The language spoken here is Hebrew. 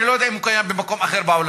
אני לא יודע אם הוא קיים במקום אחר בעולם,